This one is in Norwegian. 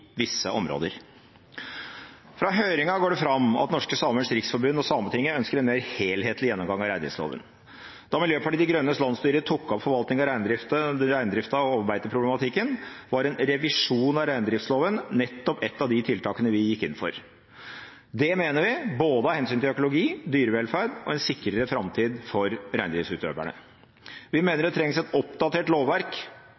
visse områder. Av høringen går det fram at Norske Samers Riksforbund og Sametinget ønsker en mer helhetlig gjennomgang av reindriftsloven. Da Miljøpartiet De Grønnes landsstyre tok opp forvaltningen av reindriften og overveide problematikken, var en revisjon av reindriftsloven nettopp ett av de tiltakene vi gikk inn for. Det mener vi av hensyn til både økologi, dyrevelferd og en sikrere framtid for reindriftsutøverne. Vi